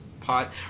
Pot